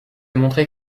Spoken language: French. montrer